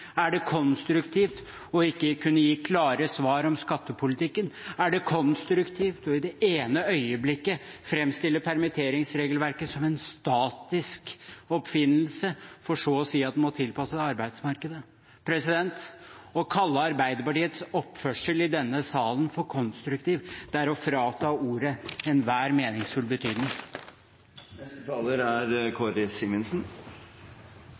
Er det konstruktivt ikke å kunne gi klare svar om skattepolitikken? Er det konstruktivt i det ene øyeblikket å framstille permitteringsregelverket som en statisk oppfinnelse for så å si at det må tilpasses arbeidsmarkedet? Å kalle Arbeiderpartiets oppførsel i denne salen for konstruktiv er å frata ordet enhver meningsfull